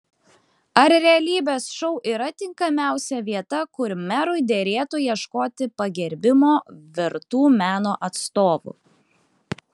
ar realybės šou yra tinkamiausia vieta kur merui derėtų ieškoti pagerbimo vertų meno atstovų